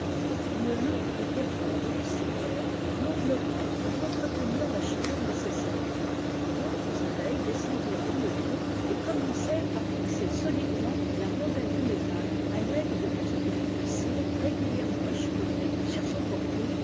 une lourde guirlande de cirières l'enveloppa pour entretenir la chaleur nécessaire d'autres abeilles descendirent dans le trou et commencèrent par fixer solidement la rondelle de métal à l'aide de petites griffes de cire régulièrement échelonnées sur son pourtour